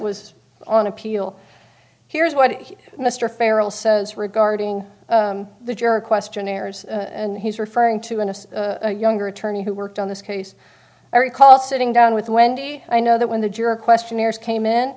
was on appeal here's what he mr farrel says regarding the jury questionnaires and he's referring to a younger attorney who worked on this case i recall sitting down with wendy i know that when the jury questionnaires came